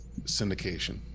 syndication